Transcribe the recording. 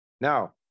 Now